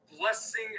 blessing